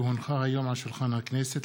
כי הונחה היום על שולחן הכנסת,